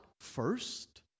first